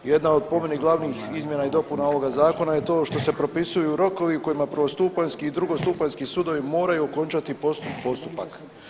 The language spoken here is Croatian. Jedna od po meni glavnih izmjena i dopuna ovoga zakona je to što se propisuju rokovi u kojima prvostupanjski i drugostupanjski sudovi moraju okončati postupak.